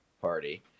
party